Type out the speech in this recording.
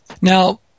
Now